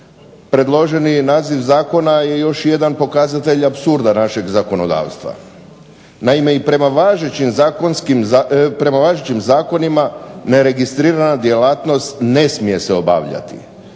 predloženi naziv zakona je još jedan pokazatelj apsurda našeg zakonodavstva. Naime prema važećim zakonima neregistrirana djelatnost ne smije se obavljati.